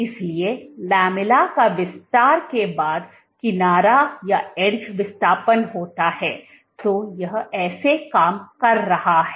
इसलिएलेममिला के विस्तार के बाद किनारा विस्थापन होता है तो यह ऐसे काम कर रहा है